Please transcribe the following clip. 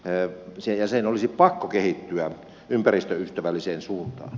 älä sie sen olisi pakko kehittyä ympäristöystävälliseen suuntaan